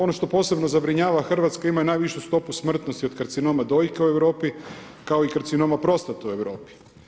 Ono što posebno zabrinjava, Hrvatska ima najvišu stopu smrtnosti od karcinoma dojke u Europi kao i karcinoma prostate u Europi.